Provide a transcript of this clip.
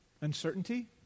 Uncertainty